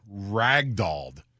ragdolled